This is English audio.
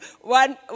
one